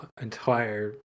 entire